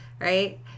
Right